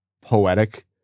poetic